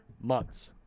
months